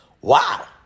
Wow